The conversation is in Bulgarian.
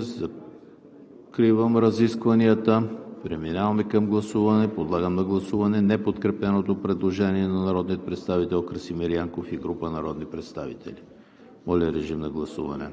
Закривам разискванията. Преминаваме към гласуване. Подлагам на гласуване неподкрепеното предложение на народния представител Красимир Янков и група народни представители. Гласували